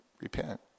repent